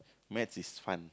maths is fun